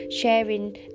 sharing